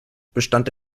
bestand